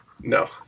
No